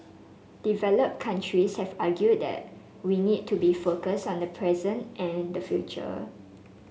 developed countries have argued that we need to be focused on the present and the future